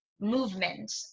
movement